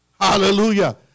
Hallelujah